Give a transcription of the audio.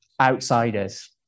outsiders